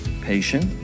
patient